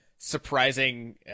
surprising